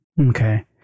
Okay